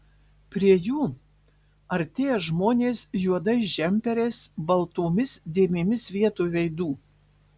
prie jų artėja žmonės juodais džemperiais baltomis dėmėmis vietoj veidų